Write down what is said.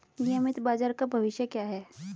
नियमित बाजार का भविष्य क्या है?